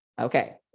okay